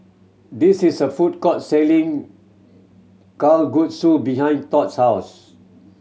this is a food court selling Kalguksu behind Tod's house